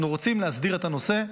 אנחנו רוצים להסדיר את הנושא,